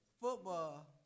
Football